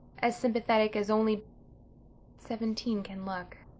as sympathetic as only seventeen can look.